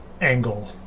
angle